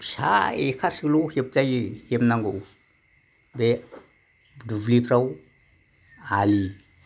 फिसा एक हारसोल' हेबजायो हेबनांगौ बे दुब्लिफ्राव आलि